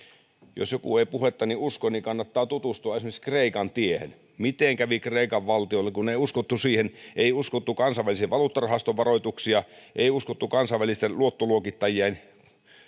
jos joku ei puhettani usko niin kannattaa tutustua esimerkiksi kreikan tiehen miten kävi kreikan valtiolle kun ei uskottu siihen ei uskottu kansainvälisen valuuttarahaston varoituksia ei uskottu kansainvälisten luottoluokittajien